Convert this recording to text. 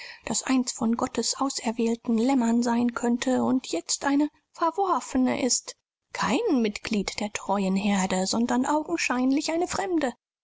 das eins von gottes auserwählten lämmern sein könnte und jetzt eine verworfene ist kein mitglied der treuen herde sondern augenscheinlich eine fremde